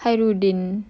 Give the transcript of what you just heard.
khairuddin